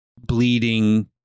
bleeding